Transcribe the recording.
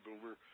boomer